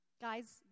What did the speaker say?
Guys